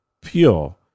pure